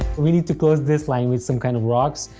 we need to close this line with some kinds of rocks.